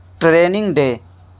training day